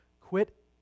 Quit